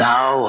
Now